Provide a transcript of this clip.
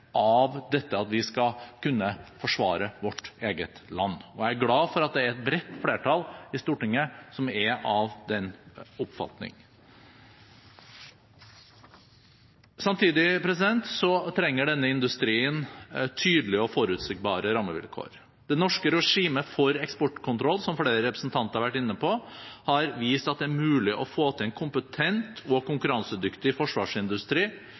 av det at vi skal kunne forsvare vårt eget land. Jeg er glad for at det er et bredt flertall i Stortinget som er av den oppfatning. Samtidig trenger denne industrien tydelige og forutsigbare rammevilkår. Det norske regimet for eksportkontroll har, som flere representanter har vært inne på, vist at det er mulig å få til en kompetent og konkurransedyktig forsvarsindustri